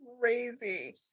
Crazy